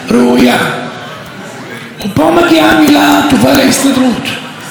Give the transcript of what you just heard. שהרימה את הכפפה והכריזה על סכסוך עבודה ואיום בשביתה.